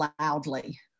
loudly